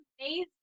amazing